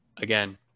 again